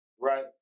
Right